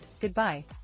goodbye